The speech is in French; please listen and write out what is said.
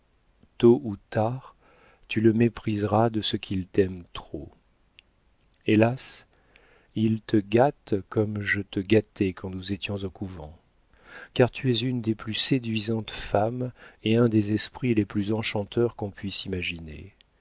tôt ou tard tu le mépriseras de ce qu'il t'aime trop hélas il te gâte comme je te gâtais quand nous étions au couvent car tu es une des plus séduisantes femmes et un des esprits les plus enchanteurs qu'on puisse imaginer